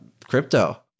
crypto